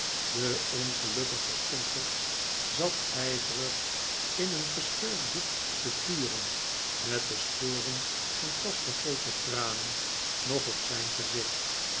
de ongelukkige stumperd zat ijverig in een gescheurd boek te turen met de sporen van pas vergoten tranen nog op zijn gezicht